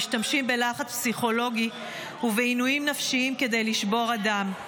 משתמשים בלחץ פסיכולוגי ובעינויים נפשיים כדי לשבור אדם.